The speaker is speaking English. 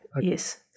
Yes